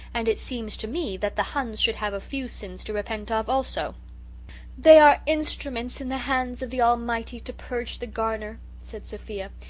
and it seems to me that the huns should have a few sins to repent of also they are instruments in the hands of the almighty, to purge the garner said sophia.